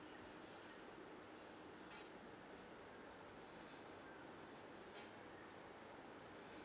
uh